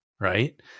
Right